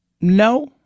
No